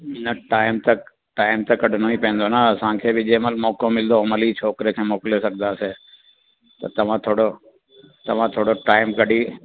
न टाइम त टाइम त कढिणो ई पवंदो न असांखे बि जंहिं महिल मौक़ो मिलंदो हुन महिल ई छोकिरे खे मोकिले सघंदासीं त तव्हां थोरो तव्हां थोरो टाइम कढी